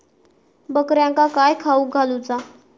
बकऱ्यांका काय खावक घालूचा?